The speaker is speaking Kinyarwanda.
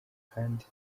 kandi